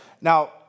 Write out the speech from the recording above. Now